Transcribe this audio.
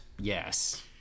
Yes